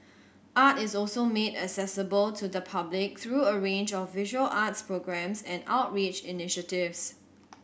art is also made accessible to the public through a range of visual arts programmes and outreach initiatives